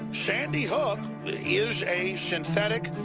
sandy hook is a synthetic,